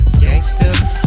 gangster